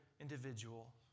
individual